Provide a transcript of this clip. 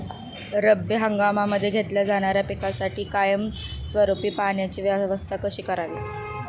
रब्बी हंगामामध्ये घेतल्या जाणाऱ्या पिकांसाठी कायमस्वरूपी पाण्याची व्यवस्था कशी करावी?